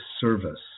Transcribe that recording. service